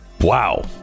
Wow